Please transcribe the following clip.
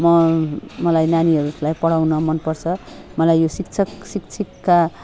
म मलाई नानीहरूलाई पढाउन मनपर्छ मलाई यो शिक्षक शिक्षिका